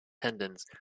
tendons